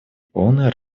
полное